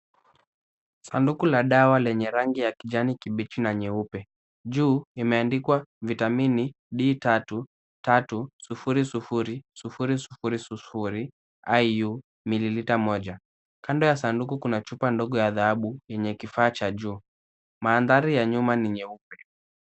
Sanduku la dawa lenye rangi ya kijani kibichi na nyeupe. Juu imeandikwa vitamin D3300000IU 1ml. Kando ya sanduku kuna chupa ndogo ya dhahabu yenye kifaa cha juu. Mandhari ya nyuma ni nyeupe.